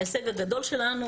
ההישג הגדול שלנו